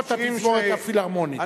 לראות את התזמורת הפילהרמונית.